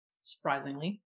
surprisingly